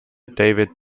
david